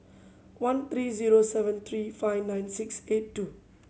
one three zero seven three five nine six eight two